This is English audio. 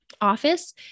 office